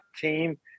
team